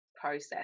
process